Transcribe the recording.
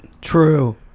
True